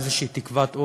איזושהי תקווה,